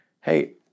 Hey